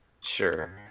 Sure